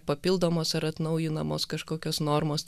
papildomos ar atnaujinamos kažkokios normos